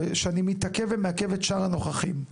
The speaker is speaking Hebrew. ושנאי מתעכב ומעכב את שאר הנוכחים.